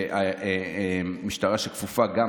יש משטרה שכפופה גם,